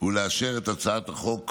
ולאשר את הצעת החוק